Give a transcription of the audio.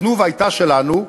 "תנובה" הייתה שלנו,